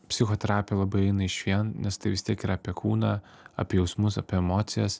psichoterapija labai eina išvien nes tai vis tiek yra apie kūną apie jausmus apie emocijas